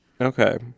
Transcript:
Okay